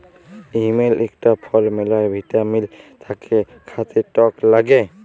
ইমল ইকটা ফল ম্যালা ভিটামিল থাক্যে খাতে টক লাগ্যে